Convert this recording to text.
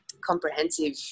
comprehensive